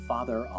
Father